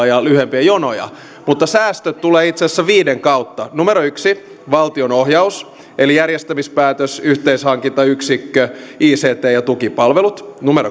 ja lyhyempiä jonoja mutta säästöt tulevat itse asiassa viiden kohdan kautta yksi valtion ohjaus eli järjestämispäätös yhteishankintayksikkö ict ja tukipalvelut